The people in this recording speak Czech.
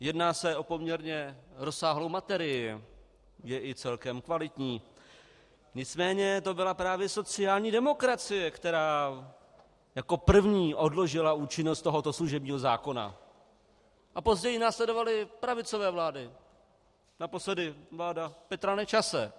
Jedná se o poměrně rozsáhlou materii, je i celkem kvalitní, nicméně to byla právě sociální demokracie, která jako první odložila účinnost tohoto služebního zákona, a později následovaly pravicové vlády, naposledy vláda Petra Nečase.